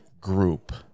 group